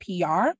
PR